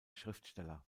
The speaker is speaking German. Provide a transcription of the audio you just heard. schriftsteller